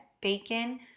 Bacon